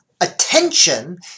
Attention